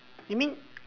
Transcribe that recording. you mean